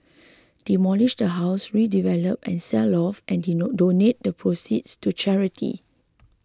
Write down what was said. demolish the house redevelop and sell off and donate the proceeds to charity